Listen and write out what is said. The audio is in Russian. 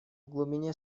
глубине